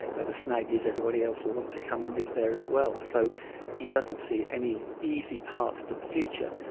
the snag is everybody else will want to come and live there as well. so he doesn't see any easy path to the future,